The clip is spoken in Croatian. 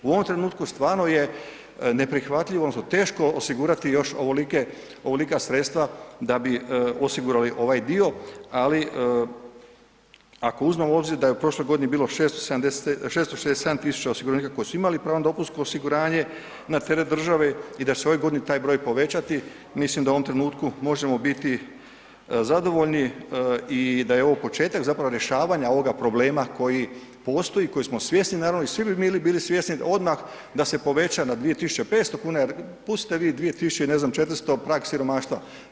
U ovom trenutku stvarno je neprihvatljivo, odnosno teško osigurati još ovolika sredstva da bi osigurali ovaj dio, ali ako uzmemo u obzir da je u prošloj godini bilo 667 tisuća osiguranika koji su imali pravo na dopunsko osiguranje na teret države i da su ove godine taj broj povećati, mislim da u ovom trenutku možemo biti zadovolji i da je ovo početak zapravo rješavanja ovoga problema koji postoji, koji smo svjesni naravno, i svi bi mi bili svjesni odmah da se poveća na 2500 kuna, jer pustite vi 2000 i, ne znam, 400 je prag siromaštva.